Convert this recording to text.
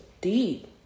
deep